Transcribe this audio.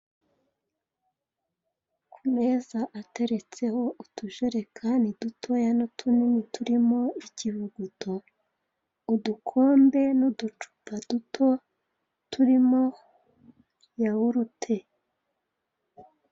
Ameza ateretseho utujerekani dutoya n'utunini turimo ikivuguto, udukombe n'uducupa duto turimo yawurute.